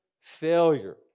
failure